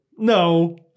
No